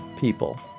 people